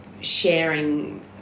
sharing